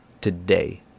today